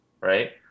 right